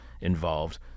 involved